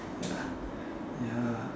ya ya